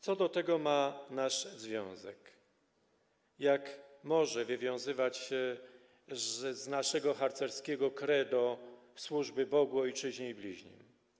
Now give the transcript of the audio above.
Co do tego ma nasz związek, jak może wywiązywać się z naszego harcerskiego credo służby Bogu, ojczyźnie i bliźnim?